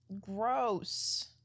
gross